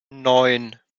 neun